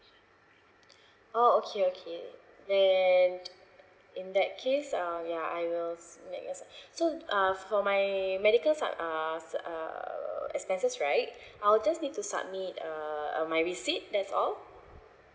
oh okay okay then in that case uh ya I will submit as such so uh for my medical side uh se~ err expenses right I'll just need to submit a uh my receipt that's all